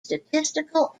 statistical